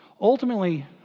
Ultimately